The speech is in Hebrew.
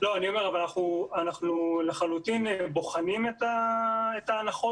אני אומר כרגע את עמדת משרד